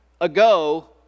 ago